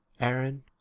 Aaron